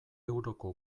euroko